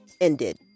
ended